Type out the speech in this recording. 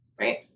Right